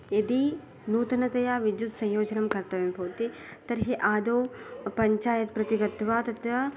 यदि नूतनतया विद्युत्संयोजनं कर्तव्यं भवति तर्हि आदौ पञ्चायत् प्रति गत्वा तत्र